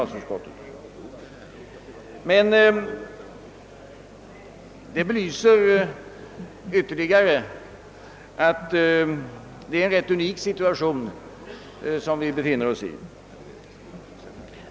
Det belyser ytterligare att det är en rätt unik situation som vi befinner oss i.